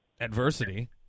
adversity